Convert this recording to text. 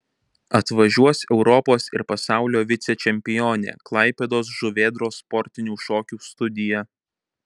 atvažiuos europos ir pasaulio vicečempionė klaipėdos žuvėdros sportinių šokių studija